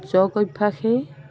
যোগ অভ্যাসেই